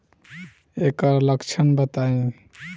एकर लक्षण बताई?